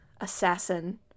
assassin